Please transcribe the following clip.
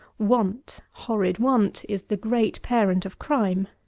want, horrid want, is the great parent of crime.